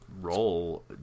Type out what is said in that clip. role